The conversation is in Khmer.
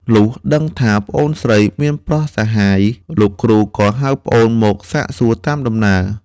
លុះដឹងថាប្អូនស្រីមានប្រុសសហាយ លោកគ្រូក៏ហៅប្អូនមកសាកសួរតាមដំណើរ ។